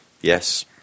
Yes